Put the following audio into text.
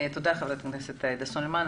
חברת הכנסת עאידה תומא סלימאן.